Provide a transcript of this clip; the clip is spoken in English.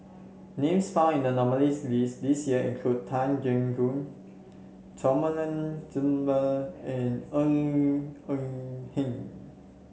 names found in the nominees' list this year include Tan Keong Choon and Ng Eng Hen